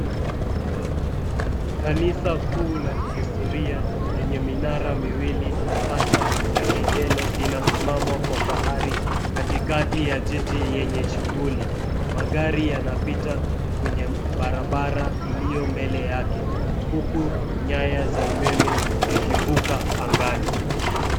Kanisa kuu la kihistoria lenye minara miwili pacha ya kengele linasimama kwa fahari katikati ya jiji lenye shughuli. Magari yanapita kwenye barabara ilio mbele yake huku nyaya za umeme zikivuka angani.